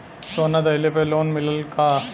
सोना दहिले पर लोन मिलल का?